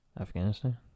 Afghanistan